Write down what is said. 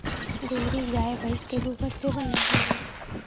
गोहरी गाय भइस के गोबर से बनावल जाला